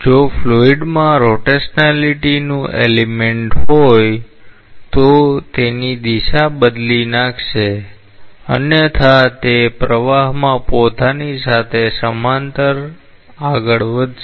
જો ફ્લુઇડમાં રોટેશનાલિટીનું એલિમેન્ટ હોય તો તે તેની દિશા બદલી નાખશે અન્યથા તે પ્રવાહમાં પોતાની સાથે સમાંતર આગળ વધશે